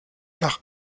nach